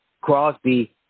Crosby